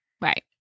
Right